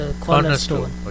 cornerstone